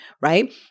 right